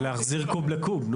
זה להחזיר קוב לקוב,